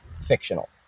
fictional